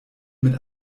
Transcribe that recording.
mit